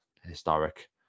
historic